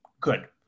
good